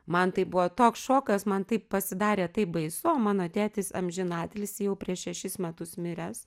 man tai buvo toks šokas man taip pasidarė taip baisu o mano tėtis amžinatilsį jau prieš šešis metus miręs